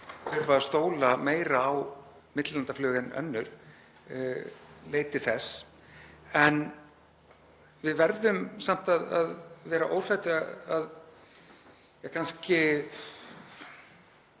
þurfa að stóla meira á millilandaflug en önnur leiti þess. En við verðum samt að vera óhrædd við að